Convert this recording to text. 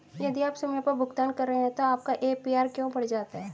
यदि आप समय पर भुगतान कर रहे हैं तो आपका ए.पी.आर क्यों बढ़ जाता है?